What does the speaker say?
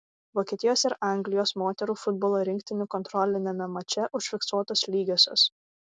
vokietijos ir anglijos moterų futbolo rinktinių kontroliniame mače užfiksuotos lygiosios